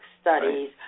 studies